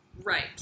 Right